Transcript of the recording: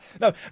No